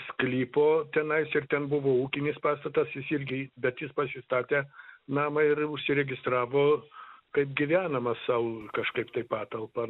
sklypo tenais ir ten buvo ūkinis pastatas jis irgi bet jis pasistatė namą ir užsiregistravo kaip gyvenamą sau kažkaip tai patalpą